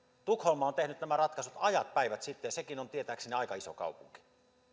tukholma on tehnyt nämä ratkaisut uusiutuvan energian osalta ajat päivät sitten ja sekin on tietääkseni aika iso kaupunki